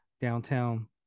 downtown